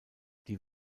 die